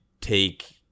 take